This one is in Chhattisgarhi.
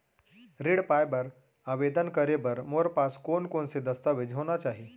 ऋण पाय बर आवेदन करे बर मोर पास कोन कोन से दस्तावेज होना चाही?